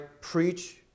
preach